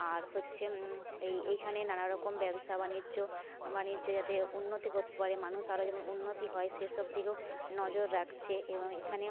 আর হচ্ছে এই এইখানে নানা রকম ব্যবসা বাণিজ্য মানে যাতে উন্নতি করতে পারে মানুষ আরো যেন উন্নতি হয় সেসব দিকেও নজর রাখছে এবং এখানেও